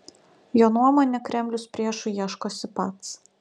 jo nuomone kremlius priešų ieškosi pats